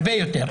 הרבה יותר.